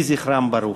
יהי זכרם ברוך.